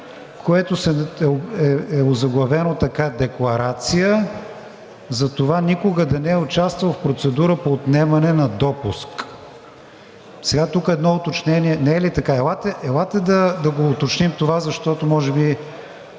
което е озаглавено така: „Декларация за това никога да не е участвал в процедура по отнемане на допуск.“ Тук едно уточнение... Не е ли така? Елате да го уточним това, защото може би